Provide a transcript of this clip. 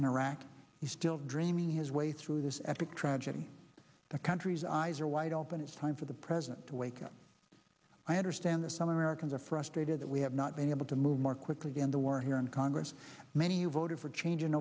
in iraq he's still dreaming his way through this epic tragedy the country's eyes are wide open it's time for the president to wake up i understand that some americans are frustrated that we have not been able to move more quickly to end the war here in congress many voted for change in